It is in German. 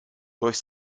durch